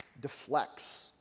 deflects